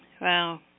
Wow